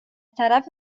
طرف